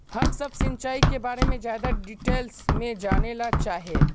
हम सब सिंचाई के बारे में ज्यादा डिटेल्स में जाने ला चाहे?